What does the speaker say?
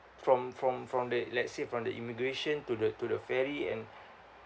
from from from the let's say from the immigration to the to the ferry and